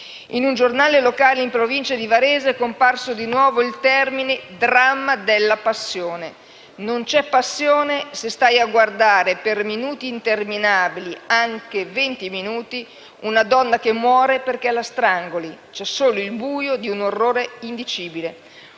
In un giornale locale in Provincia di Varese è comparso di nuovo l'espressione: «dramma della passione». Non c'è passione se stai a guardare per minuti interminabili, anche venti minuti, una donna che muore perché la strangoli. C'è solo il buio di un orrore indicibile.